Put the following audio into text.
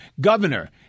Governor